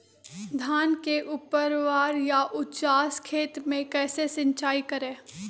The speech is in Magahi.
धान के ऊपरवार या उचास खेत मे कैसे सिंचाई करें?